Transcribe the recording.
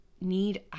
need